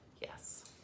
Yes